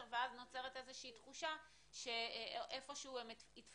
ואז נוצרת איזו שהיא תחושה שאיפה שהוא הם התפספסו.